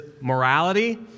morality